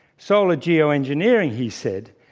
solar geoengineering, he said,